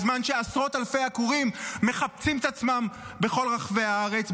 בזמן שעשרות אלפי עקורים מחפשים את עצמם בכל רחבי הארץ,